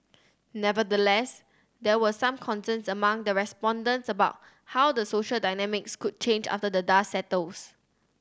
nevertheless there were some concerns among the respondents about how the social dynamics could change after the dust settles